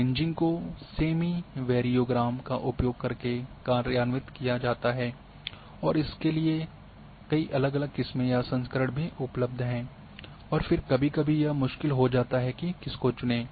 kriging को semi variogram का उपयोग करके कार्यान्वित किया जाता है और इसकी कई अलग अलग किस्में या संस्करण भी उपलब्ध हैं और फिर कभी कभी यह मुश्किल हो जाता है कि किसको चुने